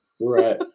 right